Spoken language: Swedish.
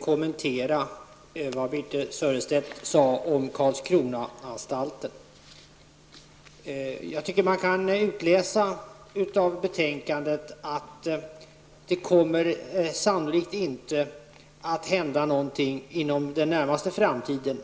kommentera det Birthe Sörestedt sade om Karlskronaanstalten. Man kan utläsa av betänkandet att det sannolikt inte kommer att hända någonting med Karlskronaanstalten inom den närmaste framtiden.